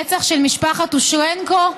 רצח של משפחת אושרנקו?